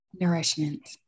Nourishment